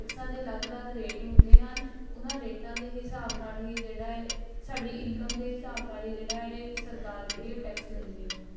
ਟੈਕਸਾਂ ਦੇ ਅਲੱਗ ਅਲੱਗ ਰੇਟ ਹੁੰਦੇ ਹਨ ਉਹਨਾਂ ਰੇਟਾਂ ਦੇ ਹਿਸਾਬ ਨਾਲ ਹੀ ਜਿਹੜਾ ਹੈ ਸਾਡੀ ਇਨਕਮ ਦੇ ਹਿਸਾਬ ਨਾਲ ਹੀ ਜਿਹੜਾ ਇਹ ਸਰਕਾਰ ਜਿਹੜੀ ਇਹ ਟੈਕਸ ਲੈਂਦੀ ਹੈ